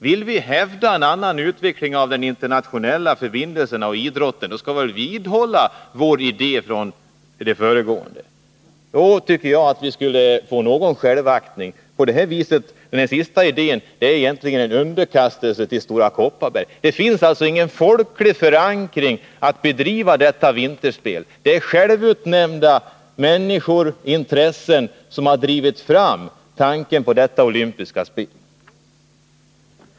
Vill vi hävda en annan utveckling av de internationella förbindelserna och av idrotten, skall vi väl vidhålla vår tidigare idé. Då tycker jag vi skulle kunna behålla någon självaktning. Den senaste idén är egentligen en underkastelse till Stora Kopparberg. Det finns ingen folklig förankring för att bedriva detta vinterspel. Det är självrådiga personer och intressenter som har drivit fram tanken på dessa olympiska spel.